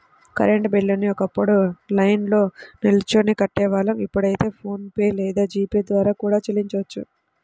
current బిల్లుని ఒకప్పుడు లైన్లో నిల్చొని కట్టేవాళ్ళం ఇప్పుడైతే ఫోన్ పే లేదా జీ పే ద్వారా కూడా చెల్లించొచ్చు